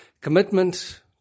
Commitment